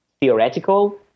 theoretical